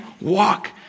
walk